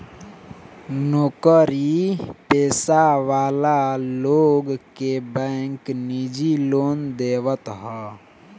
नोकरी पेशा वाला लोग के बैंक निजी लोन देवत हअ